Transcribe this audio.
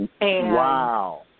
Wow